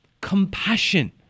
Compassion